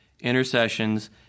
intercessions